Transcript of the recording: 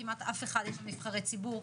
כמעט אף אחד מנבחרי הציבור,